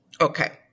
Okay